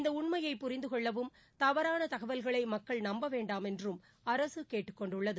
இந்த உண்மையை புரிந்து கொள்ளவும் தவறான தகவல்களை மக்கள் நம்ப வேண்டாம் என்றும் அரசு கேட்டுக் கொண்டுள்ளது